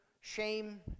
shame